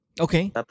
Okay